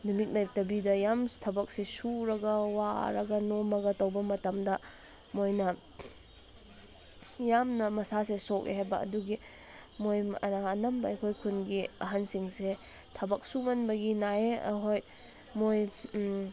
ꯅꯨꯃꯤꯠ ꯂꯩꯇꯥꯕꯤꯗ ꯌꯥꯝ ꯊꯕꯛꯁꯤ ꯁꯨꯔꯒ ꯋꯥꯔꯒ ꯅꯣꯝꯃꯒ ꯇꯧꯕ ꯃꯇꯝꯗ ꯃꯣꯏꯅ ꯌꯥꯝꯅ ꯃꯁꯥꯁꯦ ꯁꯣꯛꯑꯦ ꯍꯥꯏꯕ ꯑꯗꯨꯒꯤ ꯃꯣꯏ ꯑꯅꯝꯕ ꯑꯩꯈꯣꯏ ꯈꯨꯜꯒꯤ ꯑꯍꯜꯁꯤꯡꯁꯦ ꯊꯕꯛ ꯁꯨꯃꯟꯕꯒꯤ ꯅꯥꯏꯌꯦ ꯑꯩꯍꯣꯏ ꯃꯣꯏ